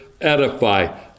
edify